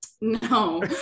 no